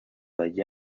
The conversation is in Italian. dagli